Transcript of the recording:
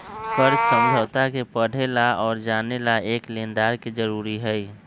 कर्ज समझौता के पढ़े ला और जाने ला एक लेनदार के जरूरी हई